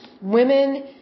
women